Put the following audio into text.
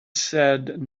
said